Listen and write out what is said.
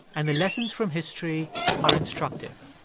and the lessons from history are instructive.